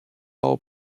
bau